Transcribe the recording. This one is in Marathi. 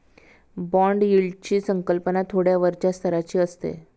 बाँड यील्डची संकल्पना थोड्या वरच्या स्तराची असते